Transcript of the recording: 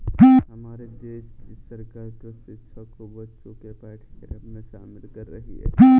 हमारे देश की सरकार कृषि शिक्षा को बच्चों के पाठ्यक्रम में शामिल कर रही है